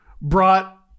brought